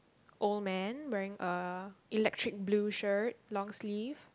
old man wearing a electric blue shirt long sleeve